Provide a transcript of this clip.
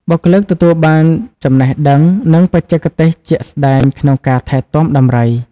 បុគ្គលិកទទួលបានចំណេះដឹង និងបច្ចេកទេសជាក់ស្តែងក្នុងការថែទាំដំរី។